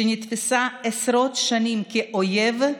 שנתפסה עשרות שנים כאויב,